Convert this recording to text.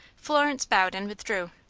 florence bowed and withdrew.